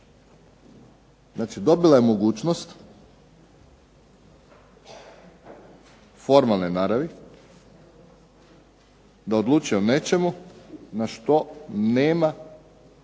dobila je mogućnost formalne naravi da odlučuje o nečemu na što nema praktički